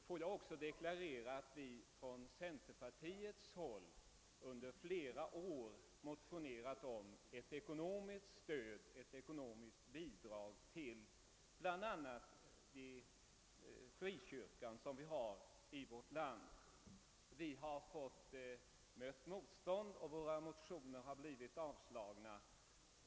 Jag vill också deklarera att vi från centerpartiet under flera år har motionerat om ett ekonomiskt bidrag till bl.a. de frikyrkor vi har här i vårt land. Vi har mött motstånd i våra strävanden och våra motioner på detta område har blivit avslagna.